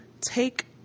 take